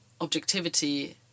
objectivity